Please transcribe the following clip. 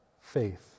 faith